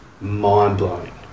mind-blowing